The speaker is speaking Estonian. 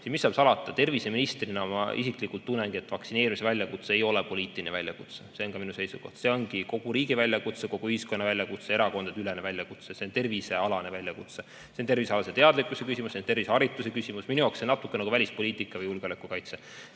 siis mis seal salata, terviseministrina ma isiklikult tunnengi, et vaktsineerimise väljakutse ei ole poliitiline väljakutse. See on minu seisukoht. See ongi kogu riigi väljakutse, kogu ühiskonna väljakutse, erakondadeülene väljakutse. See on tervisealane väljakutse. See on tervisealase teadlikkuse küsimus, see on tervisealase harituse küsimus. Minu jaoks see on natuke nagu välispoliitika ja riigikaitse